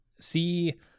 See